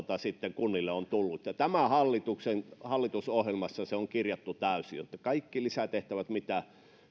sitten kunnille on tullut ja tämän hallituksen hallitusohjelmassa se on kirjattu täysin jotta kaikki lisätehtävät mitä